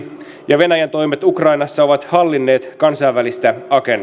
ja venäjän toimet ukrainassa ovat hallinneet kansainvälistä agendaa